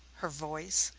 her voice,